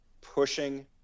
pushing